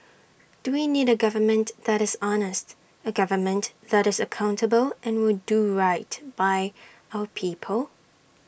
do we need A government that is honest A government that is accountable and will do right by our people